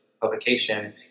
publication